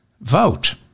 vote